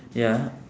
ya